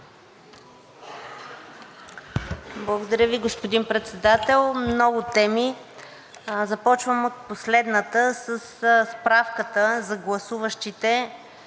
Благодаря Ви, господин Председател. Много теми. Започвам от последната със справката за гласуващите